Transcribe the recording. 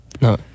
No